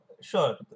Sure